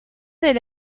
del